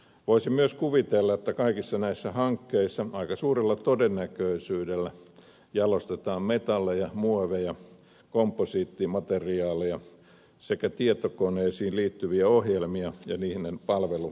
voisin myös kuvitella että kaikissa näissä hankkeissa aika suurella todennäköisyydellä jalostetaan metalleja muoveja komposiittimateriaaleja sekä tietokoneisiin liittyviä ohjelmia ja niiden palveluvaiheita